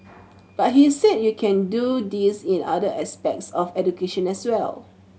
but he said you can do this in other aspects of education as well